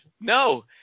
No